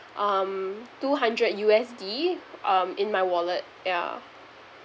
um two hundred U_S_D um in my wallet yeah